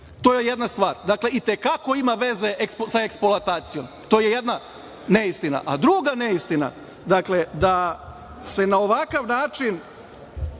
To je jedna stvar. Dakle, i te kako ima veze sa eksploatacijom. To je jedna neistina. Druga neistina, dakle da se na ovakav način